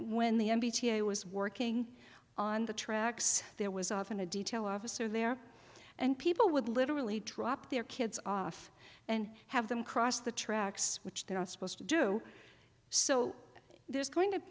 when the n p t i was working on the tracks there was often a detail officer there and people would literally drop their kids off and have them cross the tracks which they're not supposed to do so there's going to